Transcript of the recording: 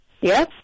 Yes